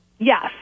Yes